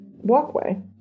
walkway